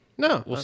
No